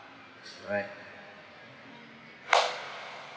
alright